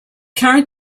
current